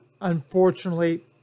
unfortunately